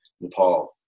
Nepal